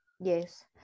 Yes